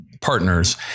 partners